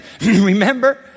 Remember